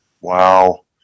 Wow